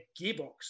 gearbox